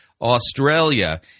Australia